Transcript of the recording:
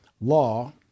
law